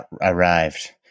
arrived